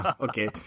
Okay